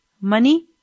money